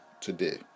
today